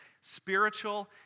spiritual